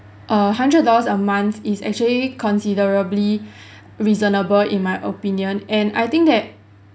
a hundred dollars a month is actually considerably reasonable in my opinion and I think that